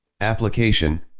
Application